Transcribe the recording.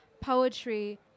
poetry